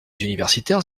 universitaires